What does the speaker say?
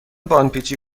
باندپیچی